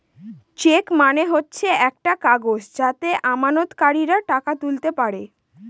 check মানে হচ্ছে একটা কাগজ যাতে আমানতকারীরা টাকা তুলতে পারে